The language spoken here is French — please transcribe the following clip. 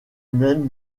même